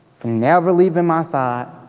for never leaving my side,